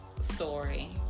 story